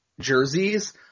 jerseys